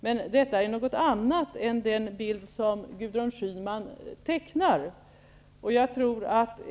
Men detta är någonting annat än den bild som Gudrun Schyman tecknar.